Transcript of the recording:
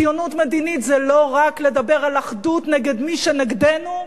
ציונות מדינית זה לא רק לדבר על אחדות נגד מי שנגדנו,